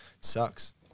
sucks